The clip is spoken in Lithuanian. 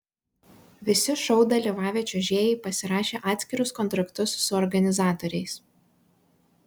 visi šou dalyvavę čiuožėjai pasirašė atskirus kontraktus su organizatoriais